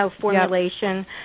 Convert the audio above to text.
formulation